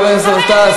חבר הכנסת גטאס.